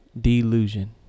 Delusion